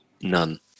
None